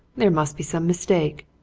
there must be some mistake.